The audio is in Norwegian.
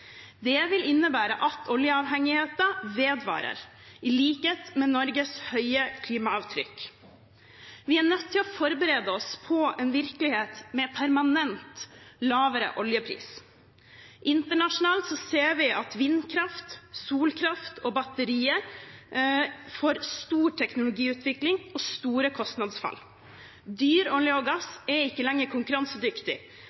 Det vil innebære at oljeavhengigheten vedvarer, i likhet med Norges høye klimaavtrykk. Vi er nødt til å forberede oss på en virkelighet med permanent lavere oljepris. Internasjonalt ser vi at vindkraft, solkraft og batterier får stor teknologiutvikling og store kostnadsfall. Dyr olje og